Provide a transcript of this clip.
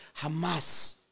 Hamas